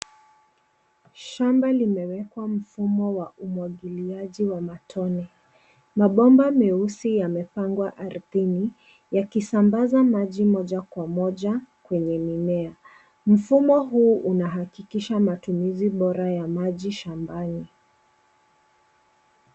Shamba limewekwa mfumo wa umwagiliaji wa matone. Mabomba meusi yamepangwa ardhini yakisambaza maji moja kwa moja kwenye mimea. Mfumo huu unahakikisha matumizi bora ya maji shambani.